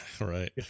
Right